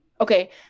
Okay